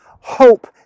Hope